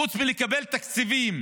חוץ מלקבל תקציבים